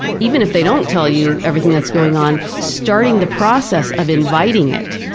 even if they don't tell you everything that's going on, starting the process of inviting it,